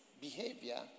behavior